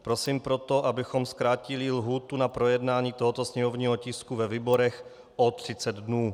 Prosím proto, abychom zkrátili lhůtu na projednání tohoto sněmovního tisku ve výborech o 30 dnů.